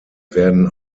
werden